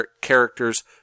characters